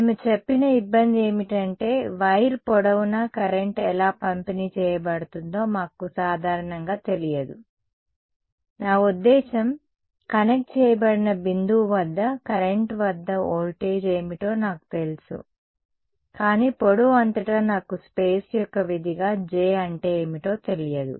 మేము చెప్పిన ఇబ్బంది ఏమిటంటే వైర్ పొడవునా కరెంట్ ఎలా పంపిణీ చేయబడుతుందో మాకు సాధారణంగా తెలియదు నా ఉద్దేశ్యం కనెక్ట్ చేయబడిన బిందువు వద్ద కరెంట్ వద్ద వోల్టేజ్ ఏమిటో నాకు తెలుసు కానీ పొడవు అంతటా నాకు స్పేస్ యొక్క విధిగా J అంటే ఏమిటో తెలియదు